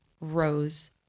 rose